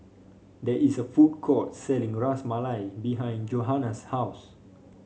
there is a food court selling Ras Malai behind Johanna's house